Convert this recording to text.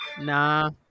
Nah